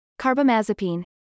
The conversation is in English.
carbamazepine